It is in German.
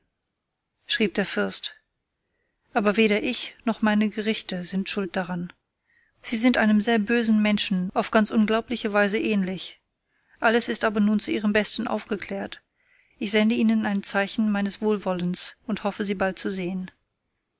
schrieb der fürst aber weder ich noch meine gerichte sind schuld daran sie sind einem sehr bösen menschen auf ganz unglaubliche weise ähnlich alles ist aber nun zu ihrem besten aufgeklärt ich sende ihnen ein zeichen meines wohlwollens und hoffe sie bald zu sehen